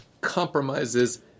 compromises